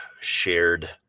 shared